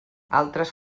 altres